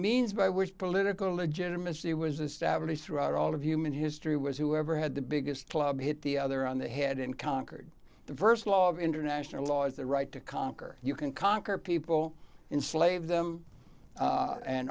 means by which political legitimacy was established throughout all of human history was whoever had the biggest club hit the other on the head and conquered the st law of international laws the right to conquer you can conquer people in slave them